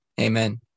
Amen